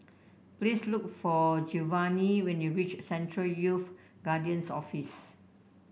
please look for Giovani when you reach Central Youth Guidance Office